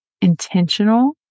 intentional